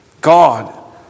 God